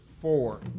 four